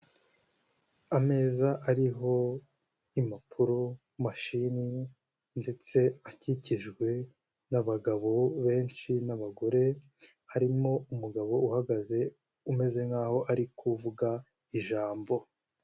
Ameza ariho impapuro, mashini ndetse akikijwe n'abagabo benshi n'abagore, harimo umugabo uhagaze umeze nkaho ari kuvuga ijambo.